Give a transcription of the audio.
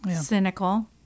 cynical